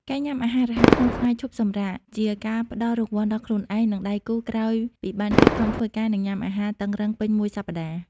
ការញ៉ាំអាហាររហ័សក្នុងថ្ងៃឈប់សម្រាក ជាការផ្ដល់រង្វាន់ដល់ខ្លួនឯង និងដៃគូក្រោយពីបានខិតខំធ្វើការ និងញ៉ាំអាហារតឹងរ៉ឹងពេញមួយសប្ដាហ៍។